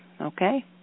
okay